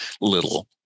little